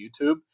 youtube